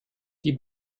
die